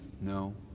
No